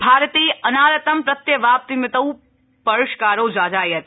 भारते अनारतं प्रत्यवाप्तिमितौं परिष्कारो जाजायते